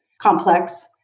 complex